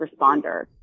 responder